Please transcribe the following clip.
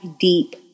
deep